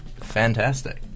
fantastic